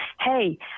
hey